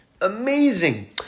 Amazing